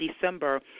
December